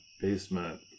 basement